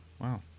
Wow